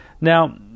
Now